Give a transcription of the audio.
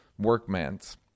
workmans